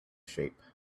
shape